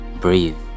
breathe